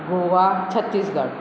Goa Chhattisgarh